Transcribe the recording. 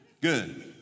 Good